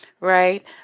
right